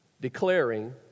declaring